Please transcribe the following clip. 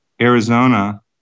Arizona